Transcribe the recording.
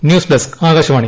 news desk Akashvani